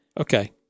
Okay